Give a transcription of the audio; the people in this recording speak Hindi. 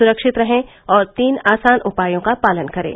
सुरक्षित रहें और तीन आसान उपायों का पालन करें